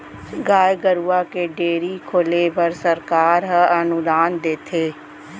गाय गरूवा के डेयरी खोले बर सरकार ह अनुदान देथे